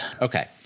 Okay